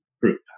group